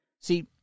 See